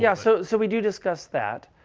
yeah so so we do discuss that.